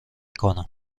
کنم